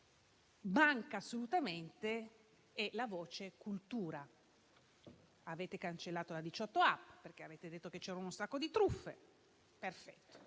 manca assolutamente è la voce cultura: avete cancellato la 18app, perché avete detto che c'erano un sacco di truffe. Perfetto,